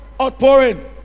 outpouring